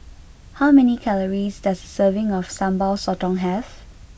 how many calories does a serving of Sambal Sotong have